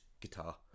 guitar